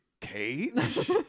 Cage